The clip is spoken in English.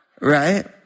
Right